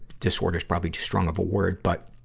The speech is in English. disorder's probably too strong of a word. but,